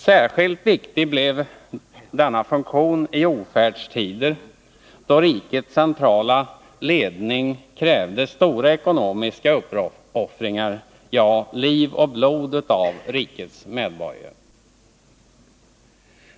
| Särskilt viktig blev denna funktion i ofärdstider, då rikets centrala ledning krävde stora ekonomiska uppoffringar, ja, liv och blod av rikets medborgare.